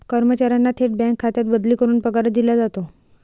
कर्मचाऱ्यांना थेट बँक खात्यात बदली करून पगार दिला जातो